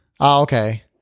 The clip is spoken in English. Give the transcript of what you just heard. okay